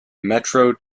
metro